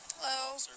Hello